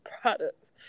products